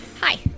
hi